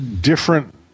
Different